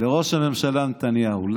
לראש הממשלה נתניהו.